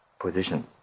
Position